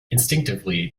instinctively